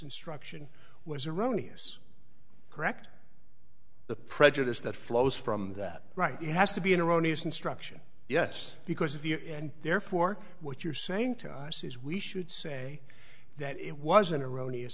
instruction was erroneous correct the prejudice that flows from that right it has to be an erroneous instruction yes because of you and therefore what you're saying to us is we should say that it was an erroneous